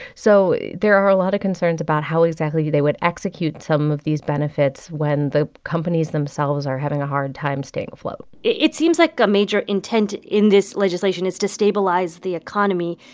so there are a lot of concerns about how exactly they would execute some of these benefits when the companies themselves are having a hard time staying afloat it seems like a major intent in this legislation is to stabilize the economy.